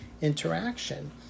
interaction